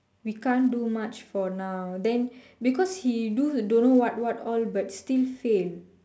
we can't do much for now then because he do don't know what what all but still fail